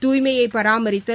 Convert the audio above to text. துய்மையை பாராமரித்தல்